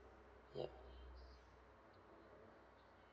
ya